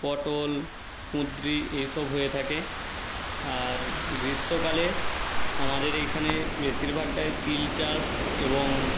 পটল কুঁদরি এই সব হয়ে থাকে আর গ্রীষ্মকালে আমাদের এইখানে বেশিরভাগটাই তিল চাষ এবং